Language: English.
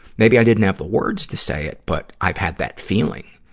maybe i didn't have the words to say it, but i've had that feeling.